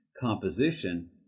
composition